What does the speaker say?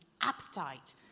appetite